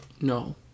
No